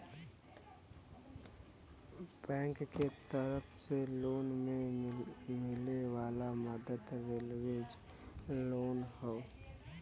bank के तरफ से लोन में मिले वाला मदद लेवरेज लोन हौ